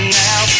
now